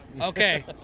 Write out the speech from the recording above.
Okay